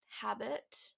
Habit